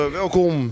welkom